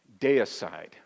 deicide